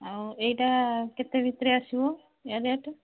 ଆଉ ଏଇଟା କେତେ ଭିତରେ ଆସିବ ୟା ରେଟ୍